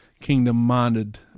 kingdom-minded